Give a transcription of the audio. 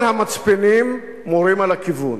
כל המצפנים מורים על הכיוון,